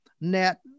net